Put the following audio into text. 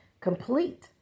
complete